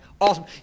Awesome